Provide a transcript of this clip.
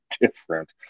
different